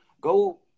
go